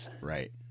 Right